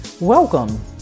Welcome